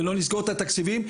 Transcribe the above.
ולא נזכור את התקציבים,